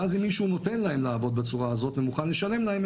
ואז אם מישהו נותן להם לעבוד בצורה הזאת ומוכן לשלם להם,